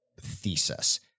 thesis